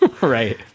Right